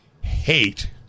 hate